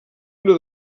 una